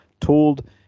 told